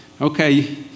okay